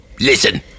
Listen